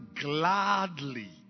gladly